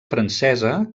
francesa